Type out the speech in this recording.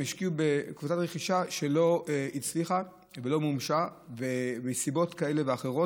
הם השקיעו בקבוצת רכישה שלא הצליחה ולא מומשה מסיבות כאלה ואחרות.